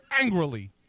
angrily